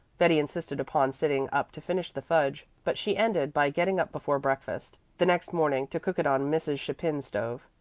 betty insisted upon sitting up to finish the fudge, but she ended by getting up before breakfast the next morning to cook it on mrs. chapin's stove.